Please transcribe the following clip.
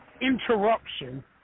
interruption